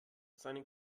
seinen